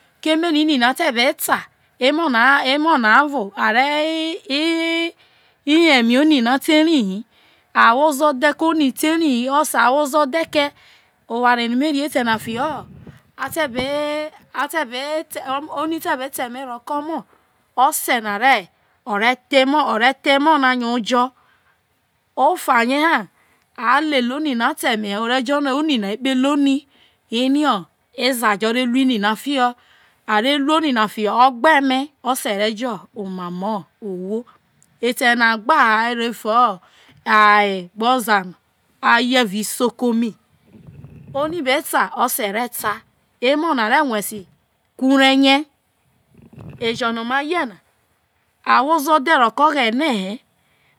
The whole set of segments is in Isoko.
keme ini na te be ta ke omo a wo oo dhe ke oni na the ri ha o̱se̱ a who ozo̱ dhe ke oware no me ri ta ose re ta te emo na ejo no ma ye na awo ozo dhe ke oghene he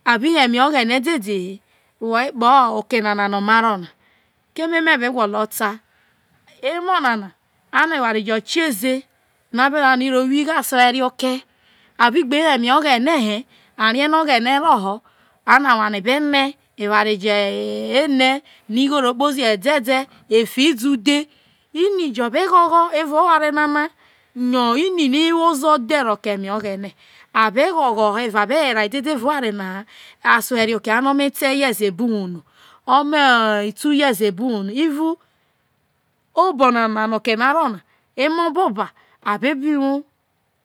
a bi yo eme oghene dede he woho ekpa okenena no̱ ma ro na emo nana ano oware jo kieze a wo azo dhe oghene he oware jo ene no iwo ozo dhe ke eme oghene a be gho gho ho aso herok ano omo̱ ten years bo̱ uwuo no omo two years bo̱ uwuo no o̱mo̱ two years bo̱ uwuono obonana oke na ro na emo boha a be bo̱ uwuo